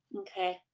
okay.